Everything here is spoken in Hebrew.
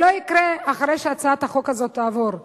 זה לא יקרה אחרי שהצעת החוק הזאת תעבור.